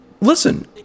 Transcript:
Listen